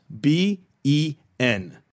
b-e-n